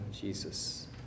Jesus